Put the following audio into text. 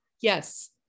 yes